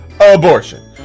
abortion